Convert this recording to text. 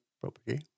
property